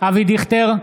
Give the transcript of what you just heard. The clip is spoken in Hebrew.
אבי דיכטר,